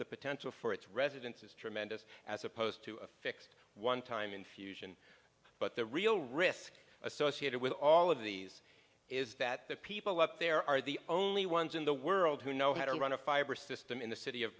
the potential for its residence is tremendous as opposed to a fixed one time infusion but the real risk associated with all of these is that the people up there are the only ones in the world who know how to run a fiber system in the city of